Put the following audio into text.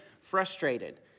frustrated